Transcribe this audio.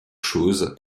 choses